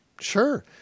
Sure